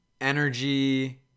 energy